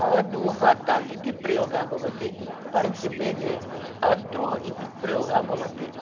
अदूहत इति प्रयोगः भवति परञ्च वेदे अद्रु इति प्रयोगः भवति